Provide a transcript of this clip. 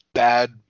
bad